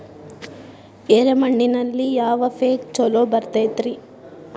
ಎರೆ ಮಣ್ಣಿನಲ್ಲಿ ಯಾವ ಪೇಕ್ ಛಲೋ ಬರತೈತ್ರಿ?